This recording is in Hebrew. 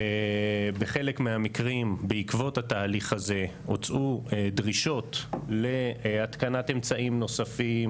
בחלק מהמקרים בעקבות התהליך הזה הוצאו דרישות להתקנת אמצעים נוספים,